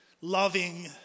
loving